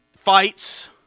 Fights